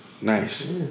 Nice